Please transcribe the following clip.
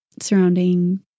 surrounding